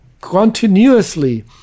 continuously